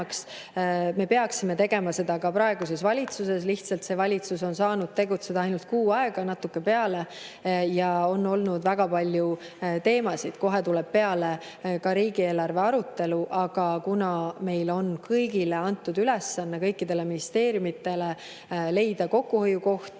Me peaksime tegema seda ka praeguses valitsuses. Lihtsalt see valitsus on saanud tegutseda ainult kuu aega ja natuke peale. Meil on olnud väga palju teemasid. Kohe tuleb peale ka riigieelarve arutelu. Aga kuna meil on kõikidele ministeeriumidele antud ülesanne leida kokkuhoiukohti,